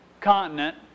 continent